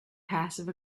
passive